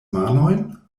manojn